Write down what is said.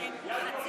הבנתי